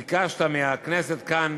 ביקשת מהכנסת כאן